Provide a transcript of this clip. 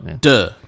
Duh